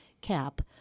cap